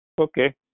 Okay